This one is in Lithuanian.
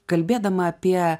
kalbėdama apie